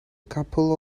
couple